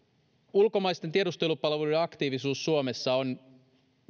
ulkomaisten tiedustelupalveluiden aktiivisuus suomessa on